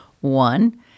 One